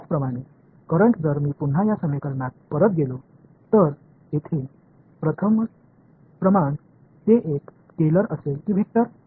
त्याचप्रमाणे करंट जर मी पुन्हा या समीकरणात परत गेलो तर येथे प्रथम प्रमाण ते एक स्केलर असेल कि वेक्टर